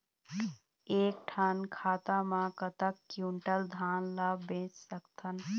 एक ठन खाता मा कतक क्विंटल धान ला बेच सकथन?